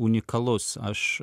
unikalus aš